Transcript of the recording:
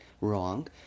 wrong